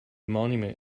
monument